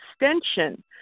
extension